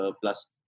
plus